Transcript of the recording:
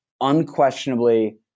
unquestionably